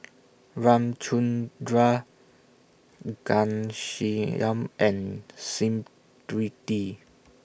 Ramchundra Ghanshyam and Smriti